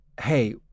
hey